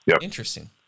Interesting